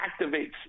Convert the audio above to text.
activates